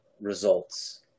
results